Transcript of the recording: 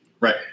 right